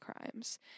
crimes